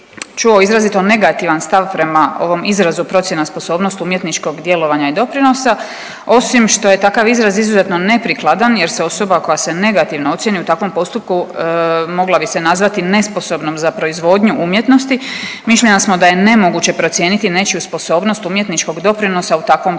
čuo izrazito negativan stav prema ovom izrazu procjena sposobnost umjetničkog djelovanja i doprinosa osim što je takav izraz izuzetno neprikladan jer se osoba koja se negativno ocijeni u takvom postupku mogla bi se nazvati nesposobnom za proizvodnju umjetnosti. Mišljenja smo da je nemoguće procijeniti nečiju sposobnost umjetničkog doprinosa u takvom kontekstu.